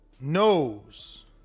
knows